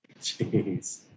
Jeez